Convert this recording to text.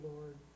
Lord